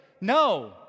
No